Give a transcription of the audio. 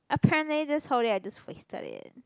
apparently this whole day I just wasted it